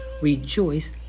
rejoice